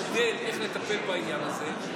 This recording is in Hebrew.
מצאו מודל איך לטפל בעניין הזה.